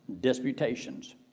disputations